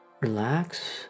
relax